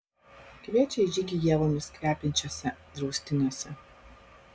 kviečia į žygį ievomis kvepiančiuose draustiniuose